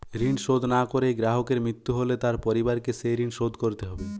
ঋণ শোধ না করে গ্রাহকের মৃত্যু হলে তার পরিবারকে সেই ঋণ শোধ করতে হবে?